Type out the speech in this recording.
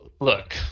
Look